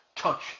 Touch